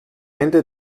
ende